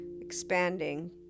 expanding